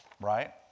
Right